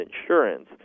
insurance